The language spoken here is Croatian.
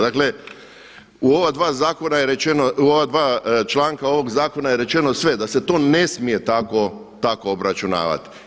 Dakle u ova dva zakona je rečeno, u ova dva članka ovog zakona je rečeno sve, da se to ne smije tako obračunavati.